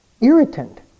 irritant